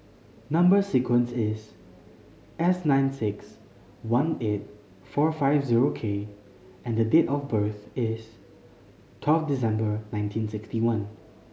number sequence is S nine six one eight four five zero K and date of birth is twelve December nineteen sixty one